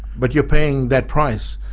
but you're paying that price.